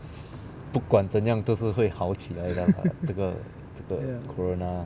不管怎样都是会好起来的 lah 这个这个 corona